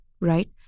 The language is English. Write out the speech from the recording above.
right